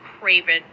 craven